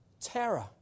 terror